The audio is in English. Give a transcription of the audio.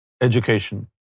education